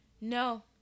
No